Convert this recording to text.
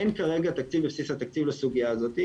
אין כרגע תקציב בבסיס התקציב לסוגיה הזאת.